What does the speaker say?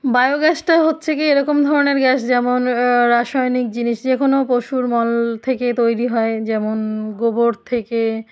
bio গ্যাসটা হচ্ছে গিয়ে এরকম ধরনের গ্যাস যেমন রাসায়নিক জিনিস যে কোনো পশুর মল থেকে তৈরি হয় যেমন গোবর থেকে